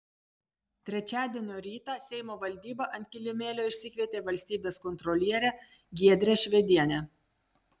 trečiadienio rytą seimo valdyba ant kilimėlio išsikvietė valstybės kontrolierę giedrę švedienę